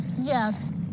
Yes